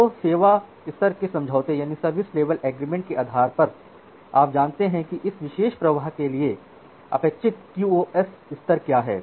तो सेवा स्तर के समझौते के आधार पर आप जानते हैं कि इस विशेष प्रवाह के लिए अपेक्षित QoS स्तर क्या है